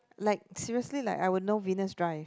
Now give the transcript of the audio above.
like seriously like I would know Venus Drive